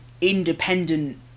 independent